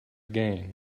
gain